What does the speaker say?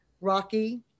Rocky